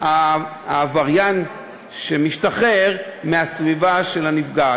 להרחקת העבריין שמשתחרר מהסביבה שלהם.